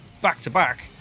back-to-back